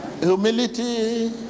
humility